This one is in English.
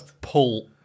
pull